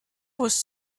was